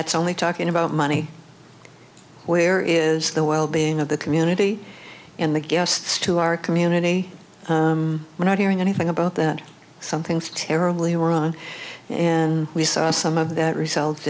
that's only talking about money where is the well being of the community and the guests to our community we're not hearing anything about that something's terribly wrong and we saw some of that result